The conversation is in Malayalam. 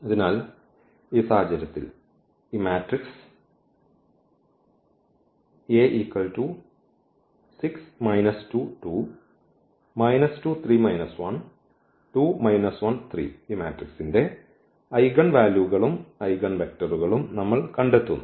അതിനാൽ ഈ സാഹചര്യത്തിൽ ഈ മാട്രിക്സ് ന്റെ ഐഗൻ വാല്യൂകളും ഐഗൻവെക്റ്ററുകളും നമ്മൾ കണ്ടെത്തുന്നു